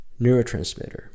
neurotransmitter